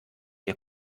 der